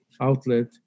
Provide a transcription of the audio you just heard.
outlet